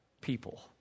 people